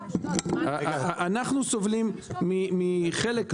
אנחנו סובלים מחלק,